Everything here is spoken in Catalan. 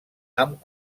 amb